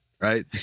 right